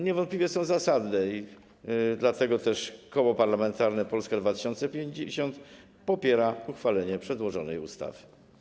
Niewątpliwie są zasadne i dlatego też Koło Parlamentarne Polska 2050 popiera przedłożoną ustawę.